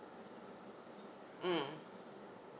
hmm